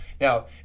Now